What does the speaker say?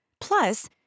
Plus